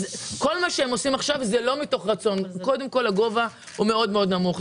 כל מה שהם עושים עכשיו זה לא מתוך רצון כי הגובה הוא מאוד מאוד נמוך.